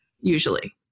usually